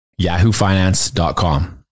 yahoofinance.com